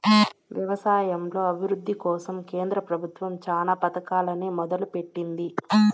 వ్యవసాయంలో అభివృద్ది కోసం కేంద్ర ప్రభుత్వం చానా పథకాలనే మొదలు పెట్టింది